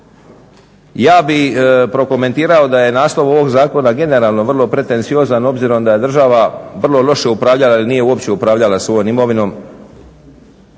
ja bi prokomentirao da je naslov ovog zakona generalno vrlo pretenciozan obzirom da je država vrlo loše upravljala ili nije uopće upravljala svojom imovinom.